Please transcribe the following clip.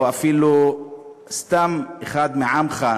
או אפילו סתם אחד מעַמך,